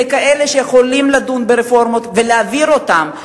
ככאלה שיכולות לדון ברפורמות ולהעביר אותן.